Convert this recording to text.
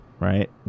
Right